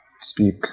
speak